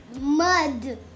mud